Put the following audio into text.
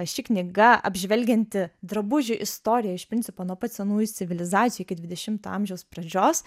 ši knyga apžvelgianti drabužių istoriją iš principo nuo pat senųjų civilizacijų iki dvidešimo amžiaus pradžios